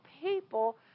people